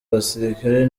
abasirikare